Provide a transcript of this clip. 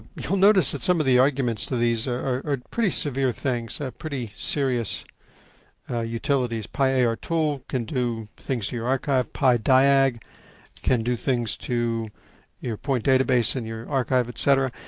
you will notice that some of the arguments to these are, are pretty severe things, are pretty serious utilities. piartool can do things to our archive. pidiag can do things to your point database and your archive, etc.